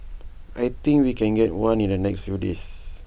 I think we can get one in the next few days